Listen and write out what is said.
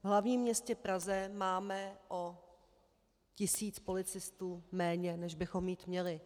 V hlavním městě Praze máme o tisíc policistů méně, než bychom mít měli.